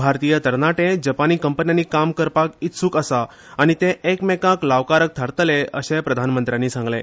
भारतीय तरनाटे जपानी कंपन्यांनी काम करपाक इत्सूक आसा आनी ते एकामेंकाक लावकारक थारतले अशेय प्रधानमंत्र्यांनी सागंले